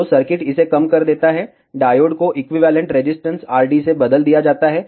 तो सर्किट इसे कम कर देता है डायोड को इक्विवेलेंट रेसिस्टर rd से बदल दिया जाता है